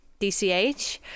DCH